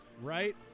right